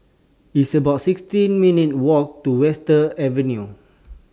It's about sixty minutes' Walk to Western Avenue